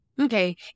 Okay